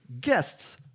guests